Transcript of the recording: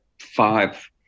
five